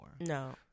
No